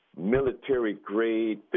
military-grade